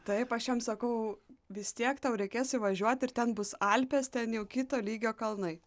taip aš jam sakau vis tiek tau reikės įvažiuot ir ten bus alpės ten jau kito lygio kalnai